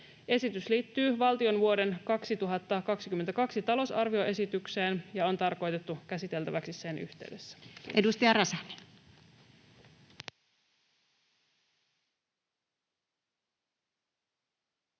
Esitys liittyy valtion vuoden 2022 talousarvioesitykseen ja on tarkoitettu käsiteltäväksi sen yhteydessä.